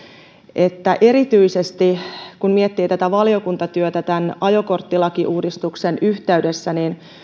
että erityisesti kun miettii valiokuntatyötä tämän ajokorttilakiuudistuksen yhteydessä